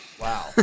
Wow